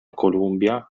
columbia